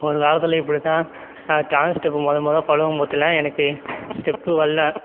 ஒரு காலத்தில் இப்படித்தான் நான் டான்ஸ் ஸ்டெப்பு மொதல் மொதல் பழகும் போதெல்லாம் எனக்கு ஸ்டெப்பு வரல